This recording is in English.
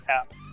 app